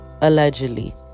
Allegedly